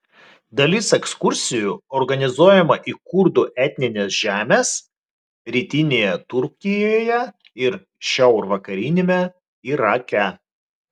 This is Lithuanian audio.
dalis ekskursijų organizuojama į kurdų etnines žemes rytinėje turkijoje ir šiaurvakariniame irake